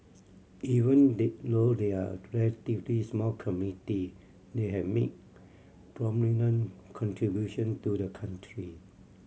even they though they are a relatively small community they have made prominent contribution to the country